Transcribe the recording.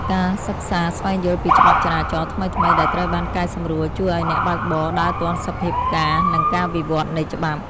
ការសិក្សាស្វែងយល់ពីច្បាប់ចរាចរណ៍ថ្មីៗដែលត្រូវបានកែសម្រួលជួយឱ្យអ្នកបើកបរដើរទាន់សភាពការណ៍ និងការវិវត្តនៃច្បាប់។